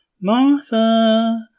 Martha